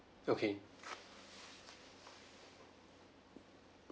okay